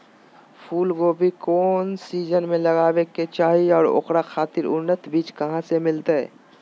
फूलगोभी कौन सीजन में लगावे के चाही और ओकरा खातिर उन्नत बिज कहा से मिलते?